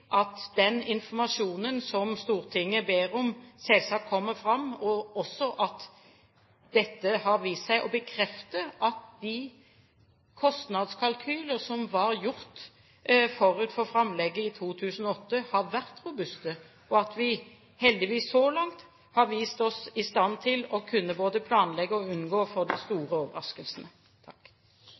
at den informasjonen som Stortinget ber om, selvsagt kommer fram, og også at dette har vist seg å bekrefte at de kostnadskalkyler som var gjort forut for framlegget i 2008, har vært robuste, og at vi heldigvis så langt har vist oss i stand til å kunne både planlegge og unngå å få de store overraskelsene.